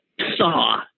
saw